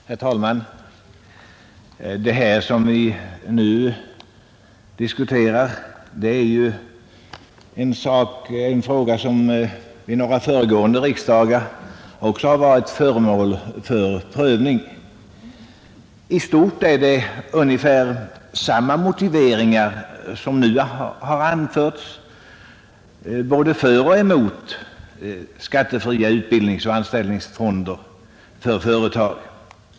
Herr talman! Den fråga vi här diskuterar har varit föremål för prövning även vid några föregående riksdagar. I stort sett har också tidigare samma motiveringar som nu anförts både för och emot skattefria utbildningsoch omställningsfonder för företag.